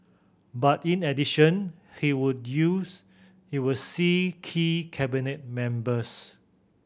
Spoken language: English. but in addition he would use he would see key Cabinet members